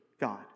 God